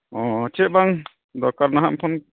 ᱚᱻ ᱪᱮᱫ ᱵᱟᱝ ᱫᱚᱨᱠᱟᱨ ᱱᱟᱦᱟᱜ ᱯᱷᱳᱱ ᱠᱮᱫ